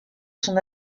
son